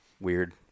weird